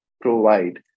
provide